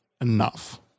enough